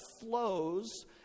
flows